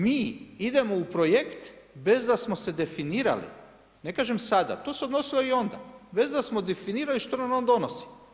Mi idemo u projekt, bez da smo se definirali, nek kažem, sada, to se odnosilo i onda, bez da smo definirali što nam on donosi.